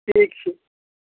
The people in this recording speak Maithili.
ठीक छै